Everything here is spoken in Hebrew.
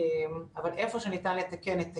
אבל איפה שניתן לתקן, נתקן.